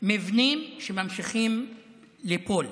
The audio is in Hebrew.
מבנים שממשיכים ליפול,